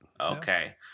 Okay